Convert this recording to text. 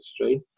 right